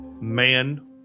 man